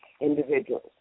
individuals